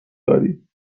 داریم